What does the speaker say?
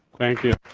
thank you.